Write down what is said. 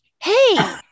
hey